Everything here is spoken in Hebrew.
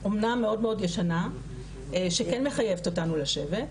אמנם מאוד ישנה שכן מחייבת אותנו לשבת,